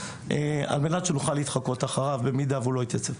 על מנת שנוכל להתחקות אחריו אם הוא לא התייצב.